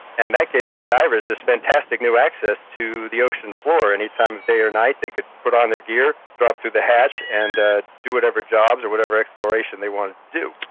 and that gave the divers this fantastic new access to the ocean floor. any time of day or night they could put on their gear, drop through the hatch and ah do whatever jobs or whatever exploration they wanted to do.